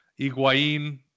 Iguain